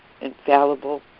infallible